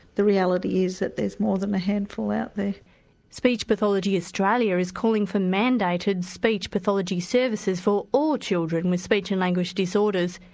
the reality is that there's more than a handful out speech pathology australia is calling for mandated speech pathology services for all children with speech and language disorders,